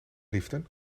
liften